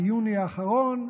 ביוני האחרון,